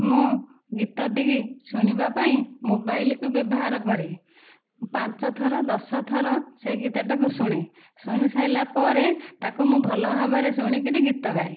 ମୁଁ ଗୀତ ଟିକି ଶୁଣିବା ପାଇଁ ମୋବାଇଲକୁ ବ୍ୟବହାର କରେ ପାଞ୍ଚ ଥର ଦଶ ଥର ସେହି ଗୀତ ଟାକୁ ଶୁଣେ ଶୁଣି ସାରିଲା ପରେ ତାକୁ ମୁଁ ଭଲ ଭାବରେ ଶୁଣି କରି ଗୀତ ଗାଏ